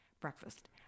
Breakfast